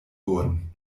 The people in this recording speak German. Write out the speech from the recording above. wurden